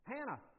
Hannah